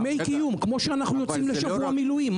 דמי קיום, כמו שאנו יוצאים לשבוע מילואים.